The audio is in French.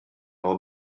leur